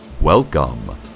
Welcome